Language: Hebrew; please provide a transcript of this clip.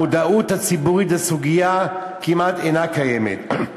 המודעות הציבורית לסוגיה כמעט אינה קיימת.